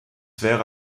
wäre